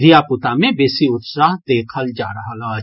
धीया पूता मे बेसी उत्साह देखल जा रहल अछि